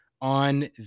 on